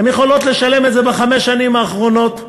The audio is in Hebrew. הן יכולות לשלם את זה בחמש השנים האחרונות,